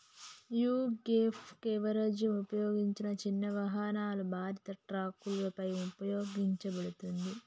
యీ gap coverage ఉపయోగించిన చిన్న వాహనాలు, భారీ ట్రక్కులపై ఉపయోగించబడతాది